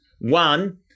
One